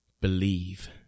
believe